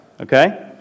Okay